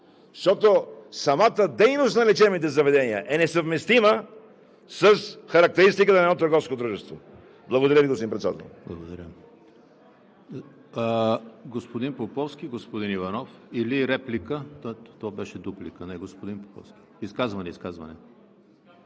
защото самата дейност на лечебните заведения е несъвместима с характеристиката на едно търговско дружество. Благодаря Ви, господин Председател.